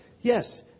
yes